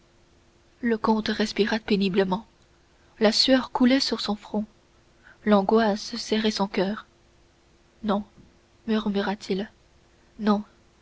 le comte respira péniblement la sueur coulait sur son front l'angoisse serrait son coeur non murmura-t-il non